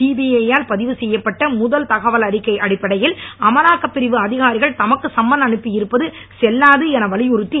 CBI ஆல் பதிவு செய்யப்பட்ட முதல் தகவல் அறிக்கை அடிப்படையில் அமலாக்கப் பிரிவு அதிகாரிகள் தமக்கு சம்மன் அனுப்பி இருப்பது செல்லாது என வலியுறுத்தி